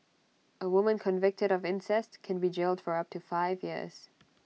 A woman convicted of incest can be jailed for up to five years